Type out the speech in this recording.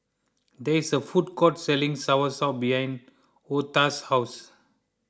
there is a food court selling Soursop behind Otha's house